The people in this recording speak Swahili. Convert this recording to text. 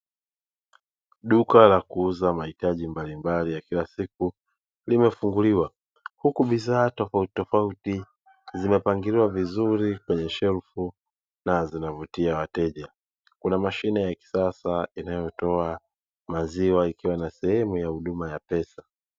Duka la kuuza mahitaji mbalimbali ya kila siku limefunguliwa. Huku bidhaa tofautitofauti zimepangiliwa vizuri kwenye shelfu na vinavutia wateja. Kuna mashine ya kisasa inayotoa maziwa ikiwa na sehemu ya huduma ya pesa.